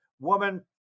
woman